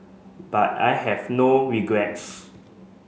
but I have no regrets